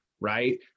Right